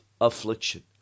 affliction